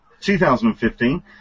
2015